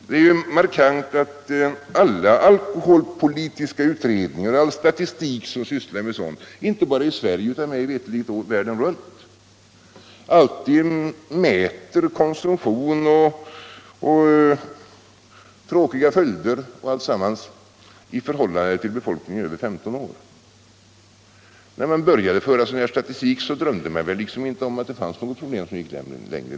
Det är markant att alla alkoholpolitiska utredningar och all statistik på detta område, inte bara i Sverige utan mig veterligt runt om i världen, alltid mäter konsumtion och tråkiga följder därav i förhållande till befolkningen över 15 års ålder. När man började med denna statistik drömde man väl inte om att missbruket skulle gå längre ned i åldrarna.